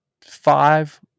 five